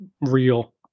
real